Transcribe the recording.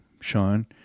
Sean